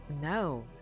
No